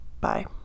Bye